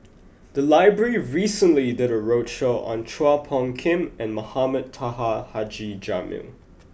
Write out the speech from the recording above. the library recently did a roadshow on Chua Phung Kim and Mohamed Taha Haji Jamil